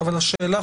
אבל השאלה,